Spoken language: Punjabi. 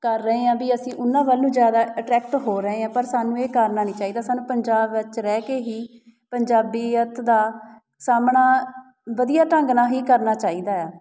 ਕਰ ਰਹੇ ਹਾਂ ਵੀ ਅਸੀਂ ਉਹਨਾਂ ਵੱਲ ਨੂੰ ਜ਼ਿਆਦਾ ਅਟਰੈਕਟ ਹੋ ਰਹੇ ਹਾਂ ਪਰ ਸਾਨੂੰ ਇਹ ਕਰਨਾ ਨਹੀਂ ਚਾਹੀਦਾ ਸਾਨੂੰ ਪੰਜਾਬ ਵਿੱਚ ਰਹਿ ਕੇ ਹੀ ਪੰਜਾਬੀਅਤ ਦਾ ਸਾਹਮਣਾ ਵਧੀਆ ਢੰਗ ਨਾਲ ਹੀ ਕਰਨਾ ਚਾਹੀਦਾ ਆ